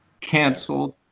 canceled